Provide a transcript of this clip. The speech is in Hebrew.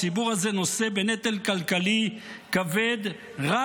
הציבור הזה נושא בנטל כלכלי כבד רק